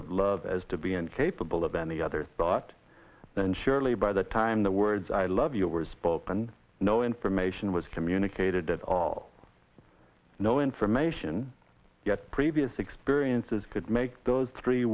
of love as to be incapable of any other thought then surely by the time the words i love you were spoken no information was communicated at all no information yet previous experiences could make those three